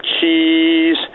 cheese